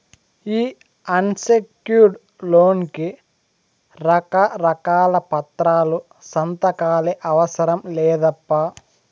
ఈ unsecured loan కి రకారకాల పత్రాలు, సంతకాలే అవసరం లేదప్పా